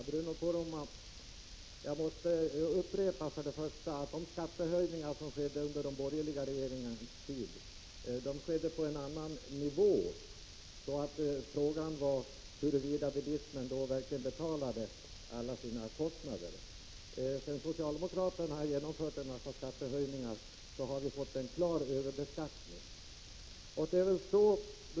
Fru talman! Jag måste upprepa för Bruno Poromaa att de skattehöjningar som skedde under de borgerliga regeringarnas tid skedde på en annan nivå. Frågan var ju, huruvida bilismen då verkligen betalade alla sina kostnader. Sedan socialdemokraterna har genomfört en massa skattehöjningar har vi fått en klar överbeskattning.